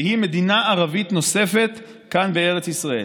והיא מדינה ערבית נוספת כאן בארץ ישראל,